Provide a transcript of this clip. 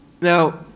Now